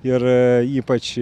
ir ypač